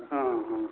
ହଁ ହଁ